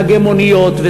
נהגי מוניות,